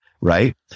right